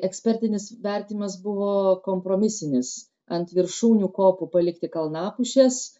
ekspertinis vertinimas buvo kompromisinis ant viršūnių kopų palikti kalnapušes